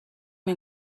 این